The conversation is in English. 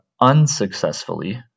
unsuccessfully